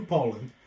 Poland